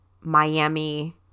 Miami